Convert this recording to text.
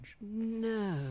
no